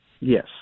Yes